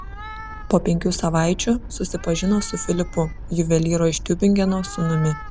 po penkių savaičių susipažino su filipu juvelyro iš tiubingeno sūnumi